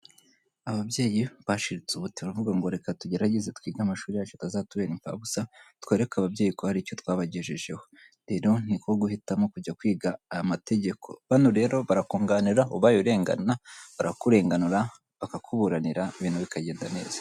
Ababyeyi bashiritse ubute turavuga ngo reka tugerageze twige amashuri yacu kazatubere impfabusa, twereke ababyeyi ko hari icyo twabagejejeho rero niko guhitamo kujya kwiga aya mategeko. Hano rero barakunganira ubaye urengana, barakurenganura, bakakuburanira, ibintu bikagenda neza.